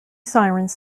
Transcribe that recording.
sirens